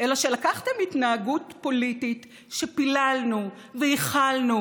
אלא שלקחתם התנהגות פוליטית שפיללנו וייחלנו